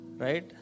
Right